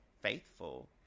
faithful